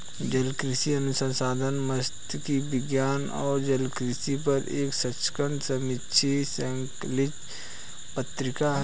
जलकृषि अनुसंधान मात्स्यिकी विज्ञान और जलकृषि पर एक समकक्ष समीक्षित शैक्षणिक पत्रिका है